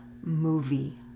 movie